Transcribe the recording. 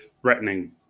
threatening